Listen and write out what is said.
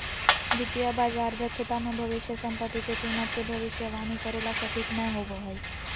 वित्तीय बाजार दक्षता मे भविष्य सम्पत्ति के कीमत मे भविष्यवाणी करे ला सटीक नय होवो हय